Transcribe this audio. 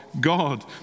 God